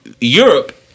Europe